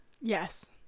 Yes